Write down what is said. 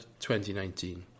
2019